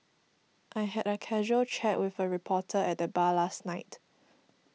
I had a casual chat with a reporter at the bar last night